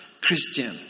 Christian